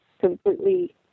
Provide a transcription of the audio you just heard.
completely